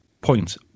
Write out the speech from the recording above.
point